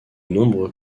nombreux